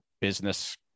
business